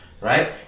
right